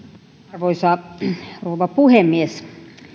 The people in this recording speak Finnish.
arvoisa rouva puhemies